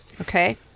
Okay